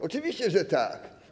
Oczywiście, że tak.